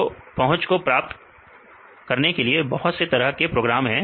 तो पहुंच को प्राप्त करने के लिए बहुत से तरह के प्रोग्राम हैं